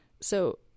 so-